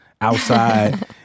outside